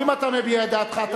אם אתה מביע את דעתך,